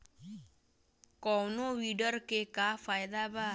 कौनो वीडर के का फायदा बा?